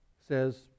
says